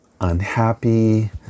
unhappy